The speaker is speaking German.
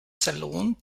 salon